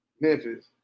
Memphis